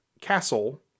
castle